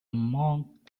monk